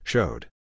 Showed